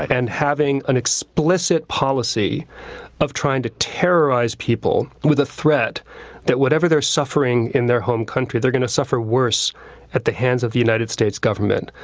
and having an explicit policy of trying to terrorize people with a threat that whatever they're suffering in their home country, they're going to suffer worse at the hands of the united states government,